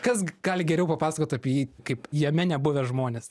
kas gali geriau papasakot apie jį kaip jame nebuvę žmonės